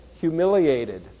humiliated